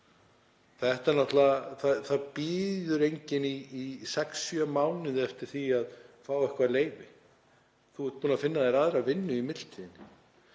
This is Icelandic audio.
Það bíður enginn í sex, sjö mánuði eftir því að fá eitthvert leyfi, þú ert búinn að finna þér aðra vinnu í millitíðinni.